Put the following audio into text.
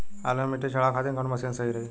आलू मे मिट्टी चढ़ावे खातिन कवन मशीन सही रही?